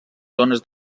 zones